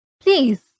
please